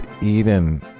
Eden